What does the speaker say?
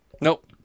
Nope